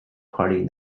party